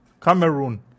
Cameroon